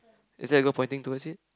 is there a girl pointing towards it